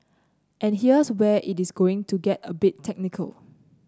and here's where it is going to get a bit technical